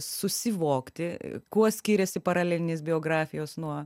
susivokti kuo skiriasi paralelinės biografijos nuo